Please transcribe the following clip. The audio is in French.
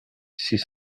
six